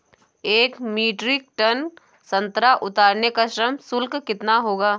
एक metric ton संतरा उतारने का श्रम शुल्क कितना होगा?